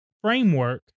framework